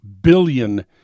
billion